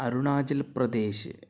Arunachal Pradesh